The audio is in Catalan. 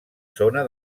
zona